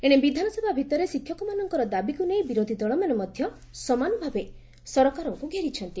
ଏଶେ ବିଧାନସଭା ଭିତରେ ଶିକ୍ଷକମାନଙ୍କର ଦାବିକୁ ନେଇ ବିରୋଧୀଦଳମାନେ ମଧ ସମାନୁଭାବେ ସରକାରଙ୍କ ଘେରିଛନ୍ତି